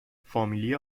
فامیلی